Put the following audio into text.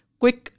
quick